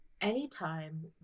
Anytime